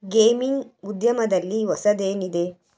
gaming ಉದ್ಯಮದಲ್ಲಿ ಹೊಸದೇನಿದೆ